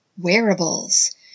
Wearables